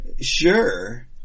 sure